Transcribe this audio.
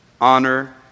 Honor